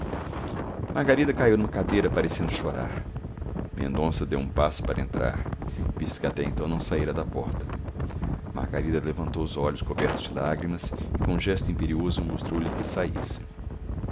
margarida caiu numa cadeira parecendo chorar mendonça deu um passo para entrar visto que até então não saíra da porta margarida levantou os olhos cobertos de lágrimas e com um gesto imperioso mostrou-lhe que saísse